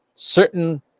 certain